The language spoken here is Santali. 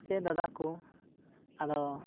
ᱥᱮ ᱫᱟᱫᱟ ᱠᱚ ᱟᱫᱚ